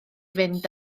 fynd